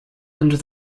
under